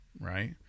right